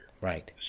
Right